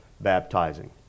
baptizing